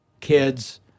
kids